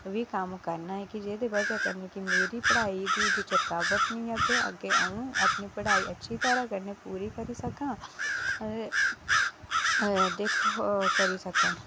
बी कम्म करना ऐ जेह्दे कन्नै मेरी पढ़ाई दी बी रुकावट निं आवै ते अग्गें अ'ऊं अपनी पढ़ाई अच्छी तरह् कन्नै करी सकां ते दिक्खो करी सकां